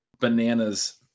bananas